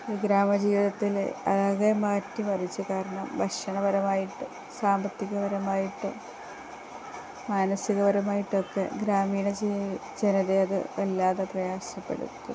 ഈ ഗ്രാമ ജീവിതത്തില് അതാകെ മാറ്റി മറിച്ചു കാരണം ഭക്ഷണപരമായിട്ട് സാമ്പത്തികപരമായിട്ട് മാനസികപരമായിട്ടൊക്കെ ഗ്രാമീണ ജനതയെ അതു വല്ലാതെ പ്രയാസപ്പെടുത്തും